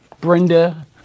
Brenda